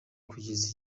kugeze